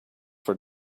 for